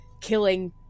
killing